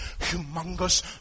humongous